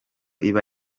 iba